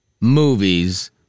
movies